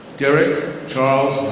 derrick charles